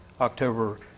October